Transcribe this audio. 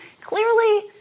Clearly